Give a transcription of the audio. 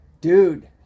Dude